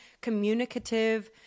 communicative